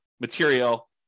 material